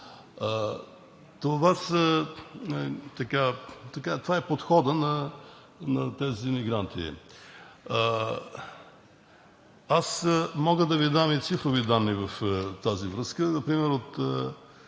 Това е подходът на тези мигранти. Мога да Ви дам и цифрови данни в тази връзка – например от